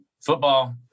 football